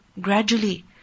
gradually